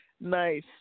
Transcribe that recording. Nice